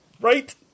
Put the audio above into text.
Right